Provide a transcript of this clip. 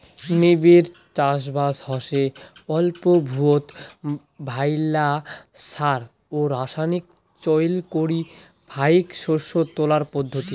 নিবিড় চাষবাস হসে অল্প ভুঁইয়ত ভাইল্লা সার ও রাসায়নিক চইল করি ফাইক শস্য তোলার পদ্ধতি